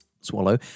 Swallow